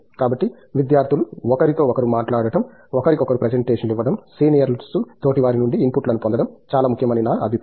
కాబట్టి విద్యార్థులు ఒకరితో ఒకరు మాట్లాడటం ఒకరికొకరు ప్రెజెంటేషన్లు ఇవ్వడం సీనియర్స్ తోటివారి నుండి ఇన్పుట్లను పొందడం చాలా ముఖ్యం అని నా అభిప్రాయం